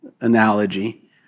analogy